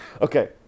Okay